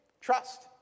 Trust